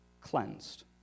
cleansed